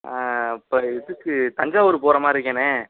இப்போ இதுக்கு தஞ்சாவூரு போகிற மாதிரி இருக்கேண்ணே